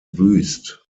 wüst